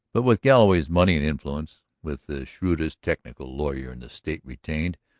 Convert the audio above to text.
but with galloway's money and influence, with the shrewdest technical lawyer in the state retained,